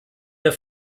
der